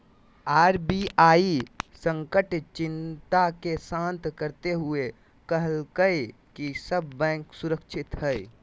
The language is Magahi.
आर.बी.आई संकट चिंता के शांत करते हुए कहलकय कि सब बैंक सुरक्षित हइ